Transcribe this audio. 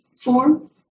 form